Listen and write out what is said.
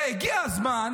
והגיע הזמן,